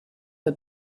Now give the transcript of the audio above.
for